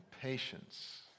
patience